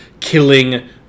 killing